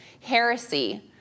heresy